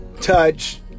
touch